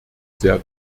sehr